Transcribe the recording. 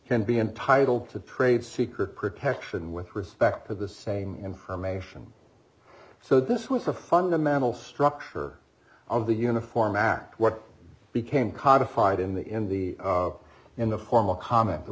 can be entitled to trade secret protection with respect to the same information so this was a fundamental structure of the uniform act what became codified in the in the in the formal comment that